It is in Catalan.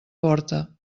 porta